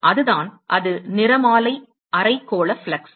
எனவே அதுதான் அது நிறமாலை அரைக்கோளப் ஃப்ளக்ஸ்